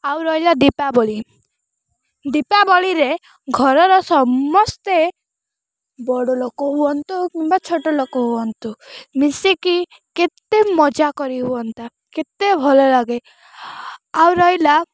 ଆଉ ରହିଲା ଦୀପାବଳି ଦୀପାବଳିରେ ଘରର ସମସ୍ତେ ବଡ଼ଲୋକ ହୁଅନ୍ତୁ କିମ୍ବା ଛୋଟଲୋକ ହୁଅନ୍ତୁ ମିଶିକି କେତେ ମଜା କରିହୁଅନ୍ତା କେତେ ଭଲଲାଗେ ଆଉ ରହିଲା